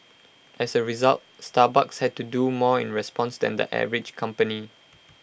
as A result Starbucks had to do more in response than the average company